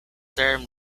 term